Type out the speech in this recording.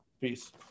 Peace